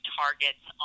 targets